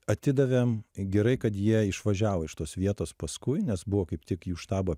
atidavėm gerai kad jie išvažiavo iš tos vietos paskui nes buvo kaip tik jų štabą